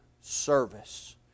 service